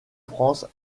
france